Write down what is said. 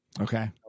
okay